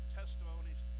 testimonies